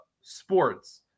sports